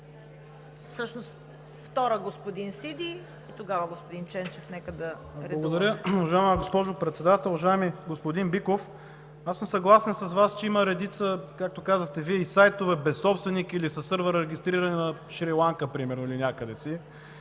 Всъщност втора, господин Сиди, и тогава господин Ченчев. Нека да редуваме.